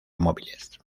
móviles